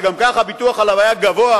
שגם כך הביטוח עליו היה גבוה,